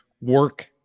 work